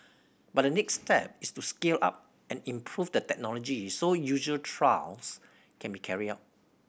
but the next step is to scale up and improve the technology so user trials can be carried out